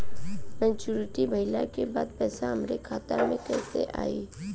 Maturity भईला के बाद पईसा हमरे खाता में कइसे आई?